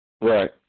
Right